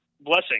blessing